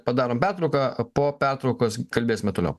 padarom pertrauką po pertraukos kalbėsime toliau